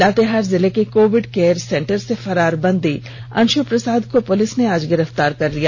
लातेहार जिले के covid care centre से फरार बंदी अंशु प्रसाद को पुलिस ने आज गिरफ्तार कर लिया